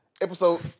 episode